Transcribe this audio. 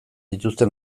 dituzte